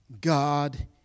God